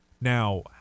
Now